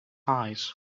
eyes